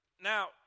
Now